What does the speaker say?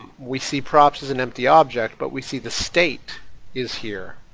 we see props as an empty object but we see the state is here.